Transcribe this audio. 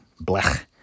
blech